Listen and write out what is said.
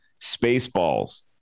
Spaceballs